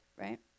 right